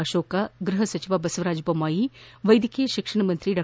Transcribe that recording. ಅಶೋಕ್ ಗ್ಬಹ ಸಚಿವ ಬಸವರಾಜ ಬೊಮ್ಮಾಯಿ ವ್ವೆದ್ಯಕೀಯ ಶಿಕ್ಷಣ ಸಚಿವ ಡಾ